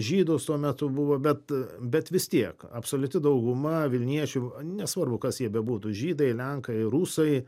žydus tuo metu buvo bet bet vis tiek absoliuti dauguma vilniečių nesvarbu kas jie bebūtų žydai lenkai rusai